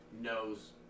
knows